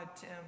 Tim